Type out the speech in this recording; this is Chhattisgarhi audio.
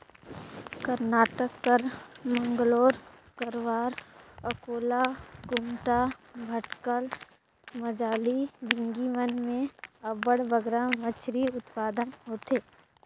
करनाटक कर मंगलोर, करवार, अकोला, कुमटा, भटकल, मजाली, बिंगी मन में अब्बड़ बगरा मछरी उत्पादन होथे